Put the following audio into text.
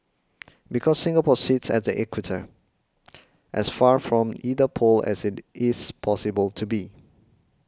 because Singapore sits at the equator as far from either pole as it is possible to be